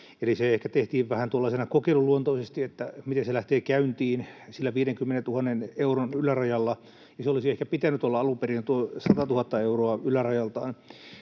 Eli se ehkä tehtiin vähän tuollaisena kokeiluluontoisena, että miten se lähtee käyntiin sillä 50 000 euron ylärajalla, ja sen olisi ehkä pitänyt olla alunperin tuo 100 000 euroa ylärajaltaan.